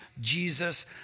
Jesus